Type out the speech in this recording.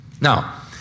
Now